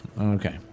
Okay